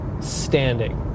standing